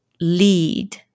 lead